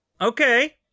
Okay